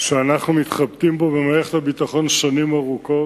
שאנחנו מתחבטים בו במערכת הביטחון שנים ארוכות.